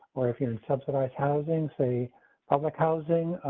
or if you're in subsidized housing, say public housing,